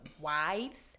wives